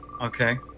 Okay